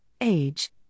age